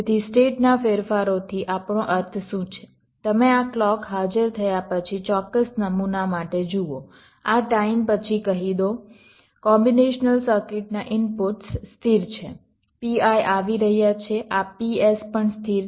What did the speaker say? તેથી સ્ટેટના ફેરફારોથી આપણો અર્થ શું છે તમે આ ક્લૉક હાજર થયા પછી ચોક્કસ નમૂના માટે જુઓ આ ટાઈમ પછી કહી દો કોમ્બીનેશનલ સર્કિટના ઇનપુટ્સ સ્થિર છે PI આવી રહ્યા છે આ PS પણ સ્થિર છે